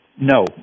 no